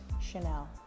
Chanel